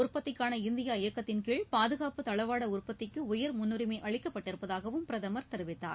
உற்பத்திக்கான இந்தியா இயக்கத்தின்கீழ் பாதுகாப்பு தளவாட உற்பத்திக்கு உயர்முன்னுரிமை அளிக்கப்பட்டிருப்பதாகவும் பிரதமர் தெரிவித்தார்